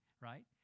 right